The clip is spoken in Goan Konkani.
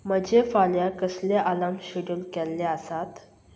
म्हजें फाल्यां कसले आलार्म शेड्यूल केल्ले आसात